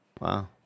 Wow